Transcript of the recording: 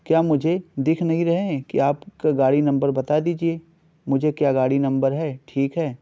کیا مجھے دکھ نہیں رہے ہیں کہ آپ کا گاڑی نمبر بتا دیجیے مجھے کیا گاڑی نمبر ہے ٹھیک ہے